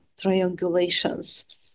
triangulations